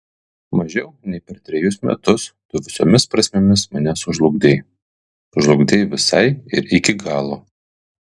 mažiau nei per trejus metus tu visomis prasmėmis mane sužlugdei sužlugdei visai ir iki galo